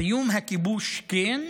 סיום הכיבוש, כן.